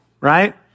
right